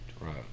Right